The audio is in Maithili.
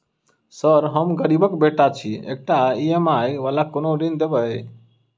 सर हम गरीबक बेटा छी एकटा ई.एम.आई वला कोनो ऋण देबै?